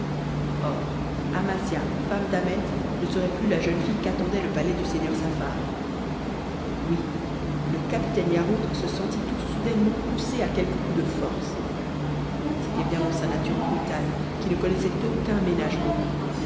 or amasia femme d'ahmet ne serait plus la jeune fille qu'attendait le palais du seigneur saffar oui le capitaine yarhud se sentit tout soudainement poussé à quelque coup de force c'était bien dans sa nature brutale qui ne connaissait aucun ménagement